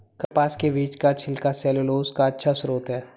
कपास के बीज का छिलका सैलूलोज का अच्छा स्रोत है